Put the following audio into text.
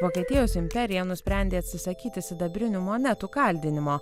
vokietijos imperija nusprendė atsisakyti sidabrinių monetų kaldinimo